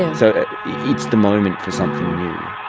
and so it's the moment for something new.